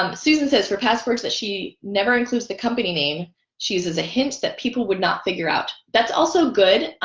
um susan says for passwords that she never includes the company name chooses a hint that people would not figure out that's also good